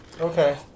Okay